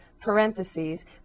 parentheses